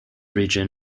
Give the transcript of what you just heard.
region